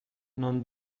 non